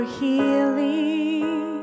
healing